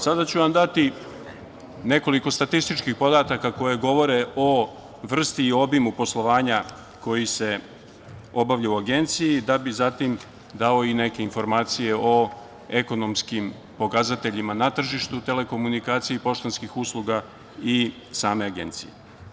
Sada ću vam dati nekoliko statističkih podataka koji govore o vrsti i obimu poslovanja koji se obavlja u Agenciji, da bi zatim dao i neke informacije o ekonomskim pokazateljima na tržištu telekomunikacija i poštanskih usluga i same Agencije.